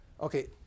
okay